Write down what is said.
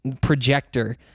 projector